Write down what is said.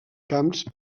camps